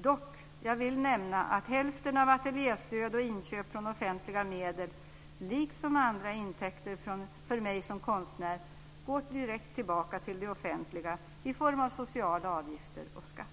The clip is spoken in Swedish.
"Dock; jag vill nämna att hälften av ateljestöd och inköp från offentliga medel, liksom andra intäkter för mig som konstnär, går direkt tillbaka till det offentliga, i form av sociala avgifter och skatt."